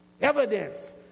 Evidence